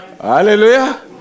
Hallelujah